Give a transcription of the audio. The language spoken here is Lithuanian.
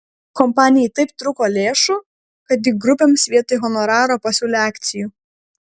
kompanijai taip trūko lėšų kad ji grupėms vietoj honoraro pasiūlė akcijų